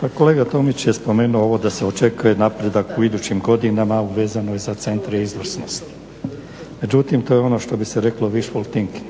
Pa kolega Tomić je spomenuo ovo da se očekuje napredak u idućim godinama vezano je za centre izvrsnosti. Međutim, to je ono što bi se reklo …/Govornik